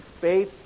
faith